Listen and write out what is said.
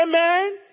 Amen